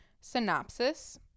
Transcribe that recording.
Synopsis